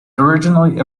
originally